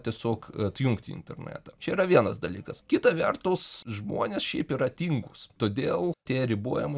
tiesiog atjungti internetą čia yra vienas dalykas kita vertus žmonės šiaip yra tingūs todėl tie ribojimai